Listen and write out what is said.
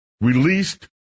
released